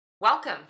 welcome